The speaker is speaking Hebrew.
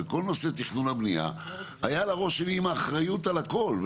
וכל נושא התכנון והבנייה היה על הראש שלי עם האחריות על הכל,